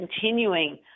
continuing